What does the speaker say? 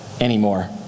anymore